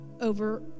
over